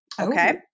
Okay